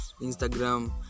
Instagram